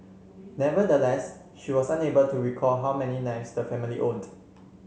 nevertheless she was unable to recall how many knives the family owned